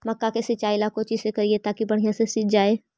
मक्का के सिंचाई ला कोची से करिए ताकी बढ़िया से सींच जाय?